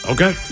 Okay